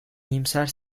iyimser